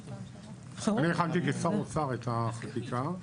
אני הכנתי כשר אוצר את החקיקה.